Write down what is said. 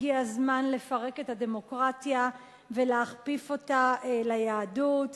הגיע הזמן לפרק את הדמוקרטיה ולהכפיף אותה ליהדות,